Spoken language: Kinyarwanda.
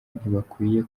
ntibakwiye